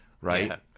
right